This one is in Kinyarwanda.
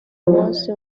munsi